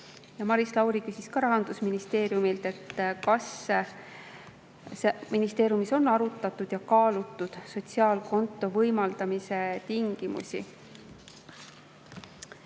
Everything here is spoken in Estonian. Maris Lauri küsis ka Rahandusministeeriumilt, kas ministeeriumis on arutatud ja kaalutud sotsiaalkonto võimaldamise tingimusi.